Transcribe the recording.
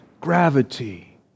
gravity